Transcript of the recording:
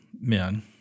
men